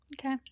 Okay